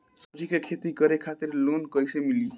सब्जी के खेती करे खातिर लोन कइसे मिली?